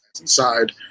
Inside